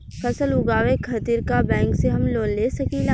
फसल उगावे खतिर का बैंक से हम लोन ले सकीला?